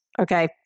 Okay